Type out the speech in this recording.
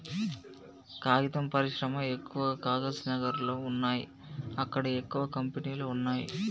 కాగితం పరిశ్రమ ఎక్కవ కాగజ్ నగర్ లో వున్నాయి అక్కడ ఎక్కువ కంపెనీలు వున్నాయ్